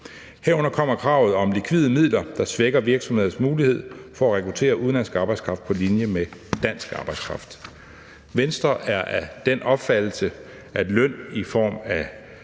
Herunder kommer kravet om likvide midler, der svækker virksomhedernes mulighed for at rekruttere udenlandsk arbejdskraft på linje med dansk arbejdskraft. Venstre er af den opfattelse, at løn i form af